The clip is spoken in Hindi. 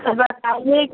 तो बताइए